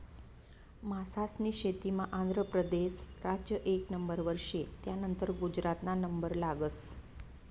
मासास्नी शेतीमा आंध्र परदेस राज्य एक नंबरवर शे, त्यानंतर गुजरातना नंबर लागस